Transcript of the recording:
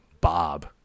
bob